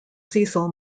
cecil